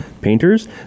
painters